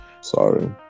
sorry